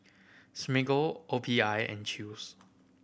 Smiggle O P I and Chew's